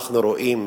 אנחנו רואים